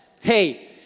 hey